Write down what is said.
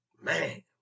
man